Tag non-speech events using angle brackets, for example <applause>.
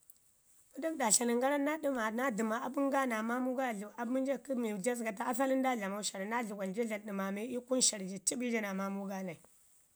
Dək ɗa tlanən garan naa ɗəma naa dəma abən ga naa maamu ga <unintelligible> abən ji kə mi jo zəga tu asali nda dlamau shar naa dləgman ja dlan ɗəmaame ii kunu shar ja ci bii ja naa maamu gaanai